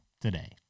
today